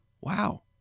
wow